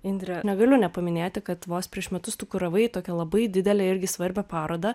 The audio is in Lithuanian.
indre negaliu nepaminėti kad vos prieš metus tu kuravai tokią labai didelę irgi svarbią parodą